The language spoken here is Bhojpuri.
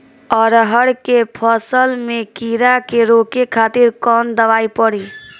अरहर के फसल में कीड़ा के रोके खातिर कौन दवाई पड़ी?